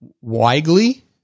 Wigley